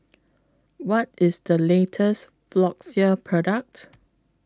What IS The latest Floxia Product